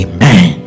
Amen